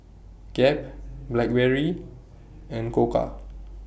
Gap Blackberry and Koka